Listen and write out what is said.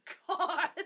god